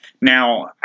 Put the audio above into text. Now